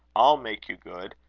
i'll make you good.